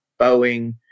Boeing